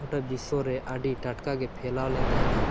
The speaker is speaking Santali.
ᱜᱚᱴᱟ ᱵᱤᱥᱥᱚᱨᱮ ᱟᱹᱰᱤ ᱴᱟᱴᱠᱟᱜᱮ ᱯᱷᱮᱞᱟᱣ ᱞᱮᱱ ᱛᱟᱦᱮᱱᱟ